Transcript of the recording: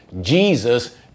Jesus